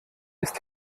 ist